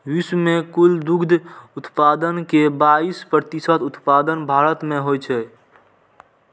विश्व के कुल दुग्ध उत्पादन के बाइस प्रतिशत उत्पादन भारत मे होइ छै